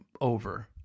over